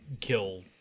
kill